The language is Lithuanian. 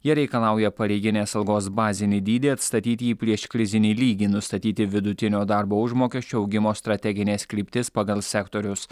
jie reikalauja pareiginės algos bazinį dydį atstatyti į prieškrizinį lygį nustatyti vidutinio darbo užmokesčio augimo strategines kryptis pagal sektorius